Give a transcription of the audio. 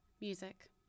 music